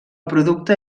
producte